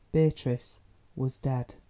beatrice was dead.